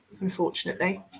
Unfortunately